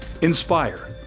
inspire